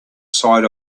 side